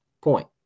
point